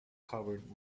covered